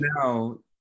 now